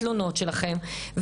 אני יודע על התלונות שלכם,